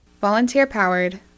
Volunteer-powered